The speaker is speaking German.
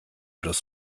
das